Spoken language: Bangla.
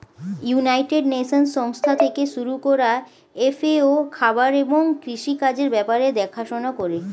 ইউনাইটেড নেশনস সংস্থা থেকে শুরু করা এফ.এ.ও খাবার এবং কৃষি কাজের ব্যাপার দেখাশোনা করে